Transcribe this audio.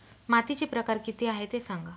मातीचे प्रकार किती आहे ते सांगा